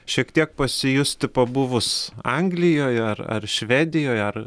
šiek tiek pasijusti pabuvus anglijoje ar ar švedijoje ar